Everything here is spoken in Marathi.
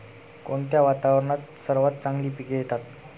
कोणत्या वातावरणात सर्वात चांगली पिके येतात?